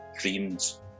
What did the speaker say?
dreams